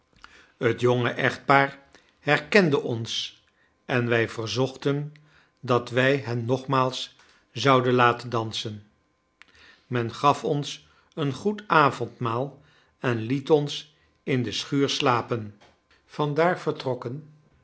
het jonge echtpaar herkende ons en wij verzochten dat wij hen nogmaals zouden laten dansen men gaf ons een goed avondmaal en liet ons in de schuur slapen van daar vertrokken